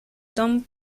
tom